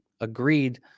agreed